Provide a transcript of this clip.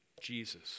Jesus